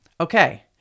Okay